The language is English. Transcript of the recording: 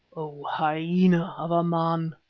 o hyena of a man!